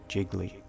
Jiggly